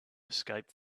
escape